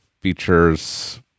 features